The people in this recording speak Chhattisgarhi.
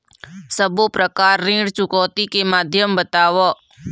सब्बो प्रकार ऋण चुकौती के माध्यम बताव?